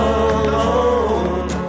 alone